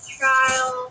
trial